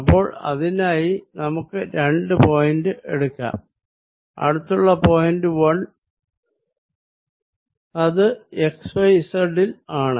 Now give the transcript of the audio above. അപ്പോൾ അതിന്നായി നമുക്ക് രണ്ടു പോയിന്റ് എടുക്കാം അടുത്തുള്ള പോയിന്റ് 1 അത് xy z ൽ ആണ്